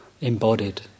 embodied